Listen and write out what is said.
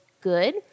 good